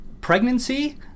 pregnancy